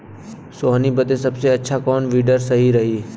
सोहनी बदे सबसे अच्छा कौन वीडर सही रही?